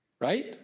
right